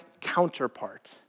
counterpart